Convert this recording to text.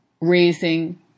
raising